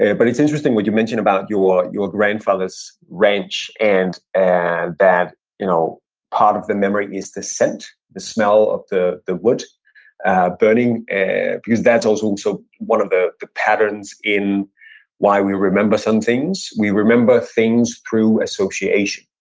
and but it's interesting what you mentioned about your your grandfather's ranch and and that you know part of the memory is the scent the smell of the the wood burning, and because that's also um so one of the the patterns in why we remember some things. we remember things through association.